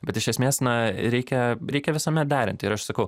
bet iš esmės na reikia reikia visuomet derinti ir aš sakau